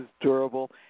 durable